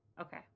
Okay